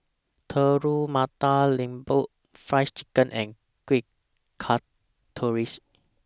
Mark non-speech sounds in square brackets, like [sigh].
Telur Mata Lembu Fried Chicken and Kueh [unintelligible]